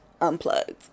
Unplugged